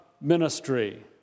ministry